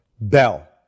Bell